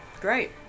Great